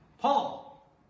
Paul